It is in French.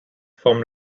forme